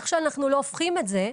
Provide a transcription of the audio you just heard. איך שאנחנו לא הופכים את זה,